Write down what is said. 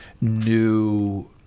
new –